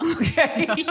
okay